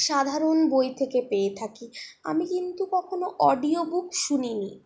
সাধারণ বই থেকে পেয়ে থাকি আমি কিন্তু কখনও অডিও বুক শুনিনি